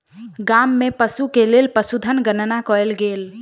गाम में पशु के लेल पशुधन गणना कयल गेल